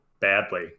badly